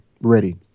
ready